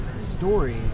story